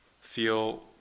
Feel